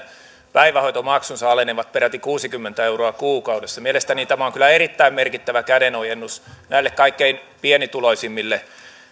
päivähoitomaksut alenevat peräti kuusikymmentä euroa kuukaudessa mielestäni tämä on kyllä erittäin merkittävä kädenojennus näille kaikkein pienituloisimmille